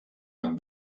amb